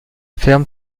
ferme